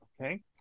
okay